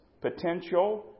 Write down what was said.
potential